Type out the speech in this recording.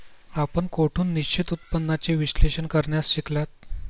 आपण कोठून निश्चित उत्पन्नाचे विश्लेषण करण्यास शिकलात?